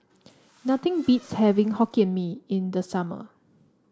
nothing beats having Hokkien Mee in the summer